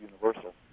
Universal